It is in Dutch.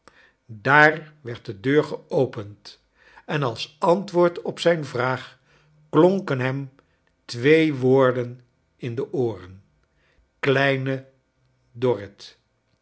daar werd de deur geopend en als antwoord op zijn vraag klonken hem twee woorden in de ooren kleine dorrit